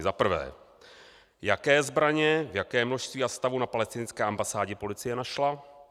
Za prvé: Jaké zbraně, v jakém množství a stavu na palestinské ambasádě policie našla?